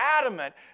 adamant